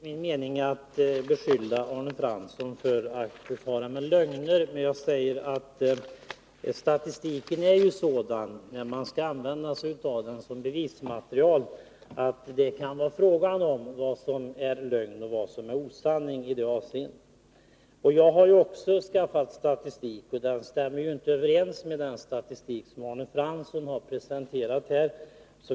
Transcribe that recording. Herr talman! Det är inte min mening att beskylla Arne Fransson för att fara med lögner, när jag säger att det kan vara fråga om vad som är lögn och vad som är sanning när man använder sig av statistik som bevismaterial. Jag har också skaffat statistik, men den stämmer inte överens med den statistik som Arne Fransson har presenterat här.